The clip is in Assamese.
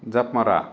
জাপ মাৰা